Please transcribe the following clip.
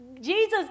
Jesus